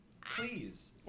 Please